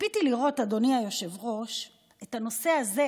ציפיתי לראות, אדוני היושב-ראש, את הנושא הזה